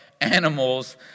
animals